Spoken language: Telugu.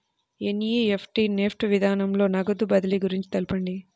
ఎన్.ఈ.ఎఫ్.టీ నెఫ్ట్ విధానంలో నగదు బదిలీ గురించి తెలుపండి?